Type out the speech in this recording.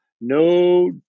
no